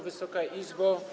Wysoka Izbo!